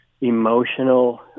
emotional